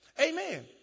Amen